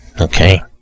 Okay